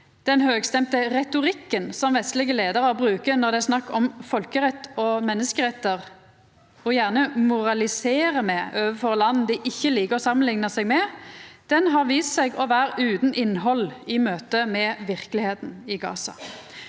Den høgstemte retorikken som vestlege leiarar bruker når det er snakk om folkerett og menneskerettar, og gjerne moraliserer med overfor land dei ikkje liker å samanlikna seg med, har vist seg å vera utan innhald i møte med røyndomen i Gaza.